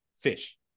fish